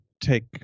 take